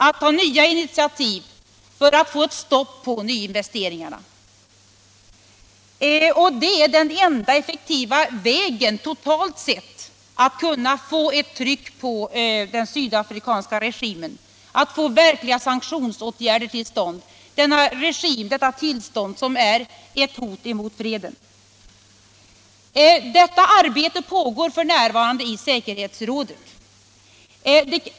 Att ta nya initiativ för att få ett stopp på nyinvesteringarna och att få till stånd verkliga sanktionsåtgärder är den enda effektiva vägen att få ett tryck på den sydafrikanska regimen — denna regim som är ett hot mot freden. Detta arbete pågår f.n. i säkerhetsrådet.